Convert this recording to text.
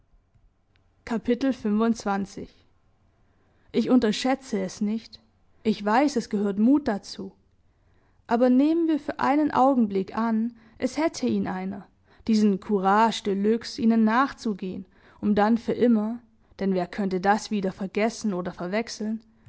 ich unterschätze es nicht ich weiß es gehört mut dazu aber nehmen wir für einen augenblick an es hätte ihn einer diesen courage de luxe ihnen nachzugehen um dann für immer denn wer könnte das wieder vergessen oder verwechseln